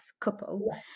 couple